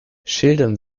schildern